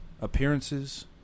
appearances